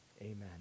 amen